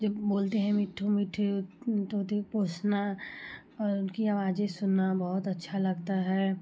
जब बोलते हैं मिट्ठू मिट्ठू तोते पोषना और उनकी अवाजें सुनना बहुत अच्छा लगता है